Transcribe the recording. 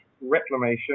Reclamation